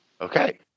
Okay